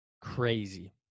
Crazy